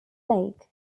lake